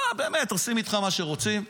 עושים איתך מה שרוצים.